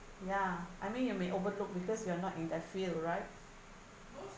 ya I mean you may overlook because you are not in that field right